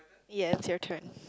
yes your turn